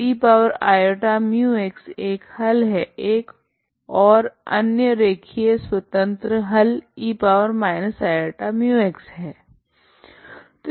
तो k±iμ तो eiμx एक हल है एक ओर अन्य रेखीय स्वतंत्र हल e−iμx है